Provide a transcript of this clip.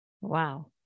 Wow